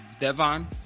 Devon